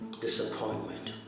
disappointment